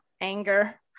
anger